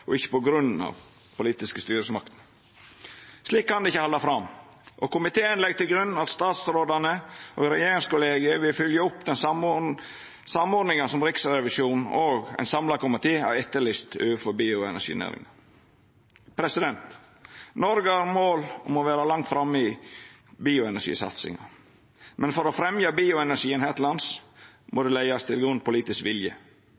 politiske styresmakter. Slik kan det ikkje halda fram, og komiteen legg til grunn at statsrådane og regjeringskollegiet vil fylgja opp den samordninga som Riksrevisjonen og ein samla komité har etterlyst overfor bioenerginæringa. Noreg har som mål å vera langt framme i bioenergisatsinga. Men for å fremja bioenergien her til lands må det leggjast til grunn politisk vilje.